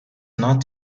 not